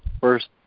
First